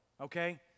okay